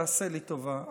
תעשה לי טובה,